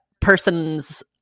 person's